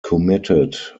committed